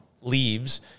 leaves